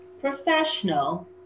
professional